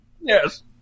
Yes